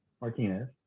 Martinez